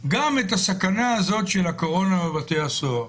גם את הסכנה של הקורונה בבתי הסוהר.